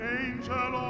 angel